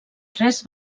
tres